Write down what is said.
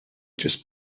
just